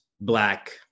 Black